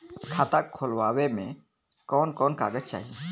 खाता खोलवावे में कवन कवन कागज चाही?